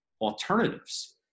alternatives